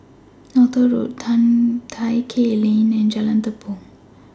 Northolt Road Tai Keng Lane and Jalan Tepong